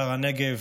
שער הנגב,